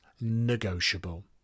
negotiable